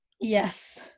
Yes